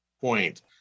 point